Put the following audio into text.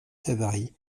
savary